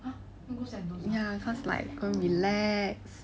ya cause like go and relax